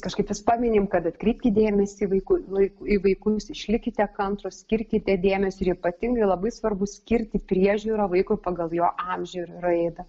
kažkaip vis paminim kad atkreipkit dėmesį vaikui laiku į vaikus išlikite kantrūs skirkite dėmesio ir ypatingai labai svarbu skirti priežiūrą vaikui pagal jo amžių ir raidą